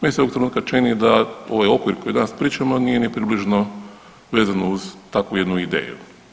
Meni se ovog trenutka čini da ovaj okvir koji danas pričamo nije ni približno vezan uz takvu jednu ideju.